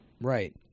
Right